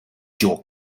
joe